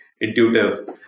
intuitive